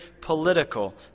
political